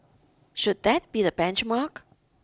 should that be the benchmark